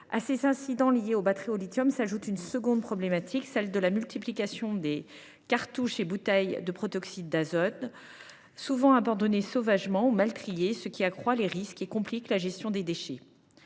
À ces incidents liés aux batteries au lithium s’ajoute une seconde problématique, celle de la multiplication des cartouches et des bouteilles de protoxyde d’azote, qui sont souvent abandonnées sauvagement sur la voie publique ou mal triées, ce qui accroît les risques et complique la gestion des déchets.